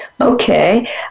Okay